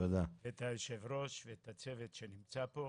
את יושב הראש ואת הצוות שנמצא פה.